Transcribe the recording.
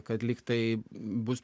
kad lyg tai bus